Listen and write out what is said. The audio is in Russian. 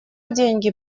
деньги